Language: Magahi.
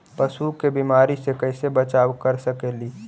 पशु के बीमारी से कैसे बचाब कर सेकेली?